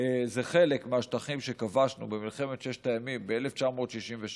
זה חלק מהשטחים שכבשנו במלחמת ששת הימים, ב-1967,